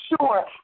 sure